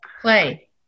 Play